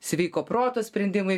sveiko proto sprendimai